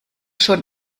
schon